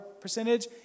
percentage